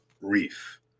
Reef